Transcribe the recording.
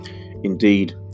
Indeed